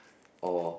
or